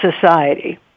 society